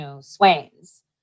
Swain's